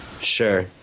Sure